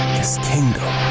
kingdom.